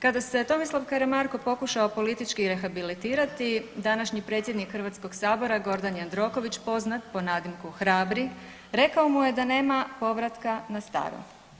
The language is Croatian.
Kada se Tomislav Karamarko pokušao politički rehabilitirati današnji predsjednik HS Gordan Jandroković poznat po nadimkom Hrabri rekao mu je da nema povratka na staro.